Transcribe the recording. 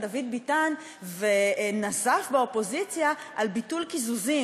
דוד ביטן ונזף באופוזיציה על ביטול קיזוזים,